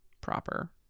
proper